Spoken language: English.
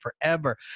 forever